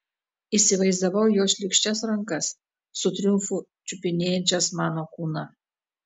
įsivaizdavau jo šlykščias rankas su triumfu čiupinėjančias mano kūną